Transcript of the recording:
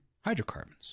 hydrocarbons